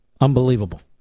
Unbelievable